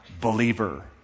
believer